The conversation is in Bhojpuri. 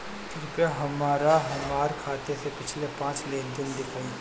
कृपया हमरा हमार खाते से पिछले पांच लेन देन दिखाइ